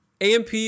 amp